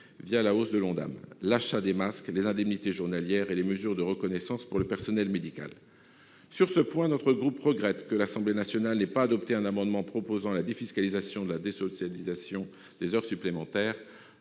d'assurance maladie), l'achat de masques, le versement des indemnités journalières et les mesures de reconnaissance pour le personnel médical. Sur ce point, mon groupe regrette que l'Assemblée nationale n'ait pas adopté un amendement visant la défiscalisation et la désocialisation des heures supplémentaires.